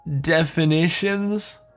definitions